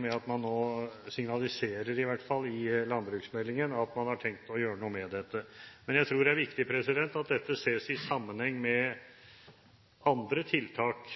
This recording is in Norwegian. med at man nå signaliserer, i hvert fall i landbruksmeldingen, at man har tenkt å gjøre noe med dette. Men jeg tror det er viktig at dette ses i sammenheng med andre tiltak